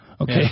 Okay